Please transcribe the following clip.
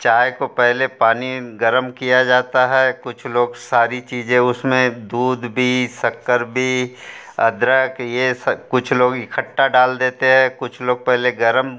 चाय को पहले पानी गरम किया जाता है कुछ लोग सारी चीज़ें उसमे दूध भी शक्कर भी अदरक ये सब कुछ लोग इकठ्ठा डाल देते हैं कुछ लोग पहले गरम